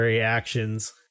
actions